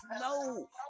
no